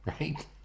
right